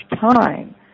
time